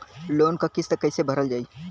Loan क किस्त कैसे भरल जाए?